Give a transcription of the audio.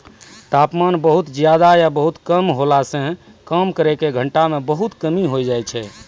तापमान बहुत ज्यादा या बहुत कम होला सॅ काम करै के घंटा म बहुत कमी होय जाय छै